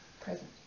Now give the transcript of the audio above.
present